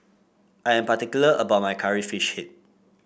I am particular about my Curry Fish Head